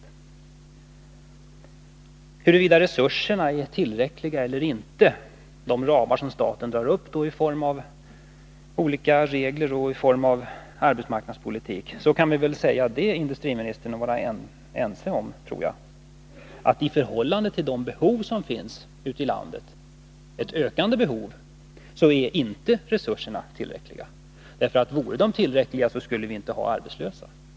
Industriministern förde ett resonemang om huruvida resurserna inom de ramar som staten drar upp i form av olika regler och den förda arbetsmarknadspolitiken är tillräckliga. Jag tror att industriministern och jag kan vara ense om att resurserna inte är tillräckliga i förhållande till det behov som finns ute i landet — ett behov som nu ökar. Vore resurserna tillräckliga, skulle vi inte ha några arbetslösa.